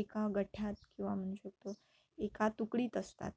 एका गठ्ठ्यात किंवा म्हणू शकतो एका तुकडीत असतात